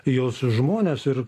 jos žmones ir